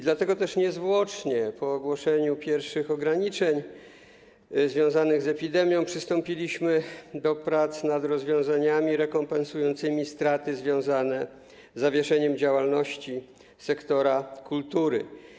Dlatego niezwłocznie po ogłoszeniu pierwszych ograniczeń związanych z epidemią przystąpiliśmy do prac nad rozwiązaniami rekompensującymi straty związane z zawieszeniem działalności sektora kultury.